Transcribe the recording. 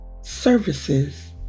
services